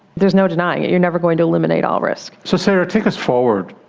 there's no denying it, you are never going to eliminate all risk. so sara, take us forward,